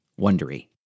Wondery